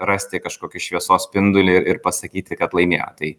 rasti kažkokį šviesos spindulį ir pasakyti kad laimėto tai